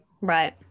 Right